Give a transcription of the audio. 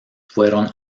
fueron